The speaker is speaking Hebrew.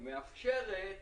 היא מאפשרת